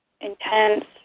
intense